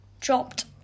dropped